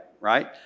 right